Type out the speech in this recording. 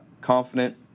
Confident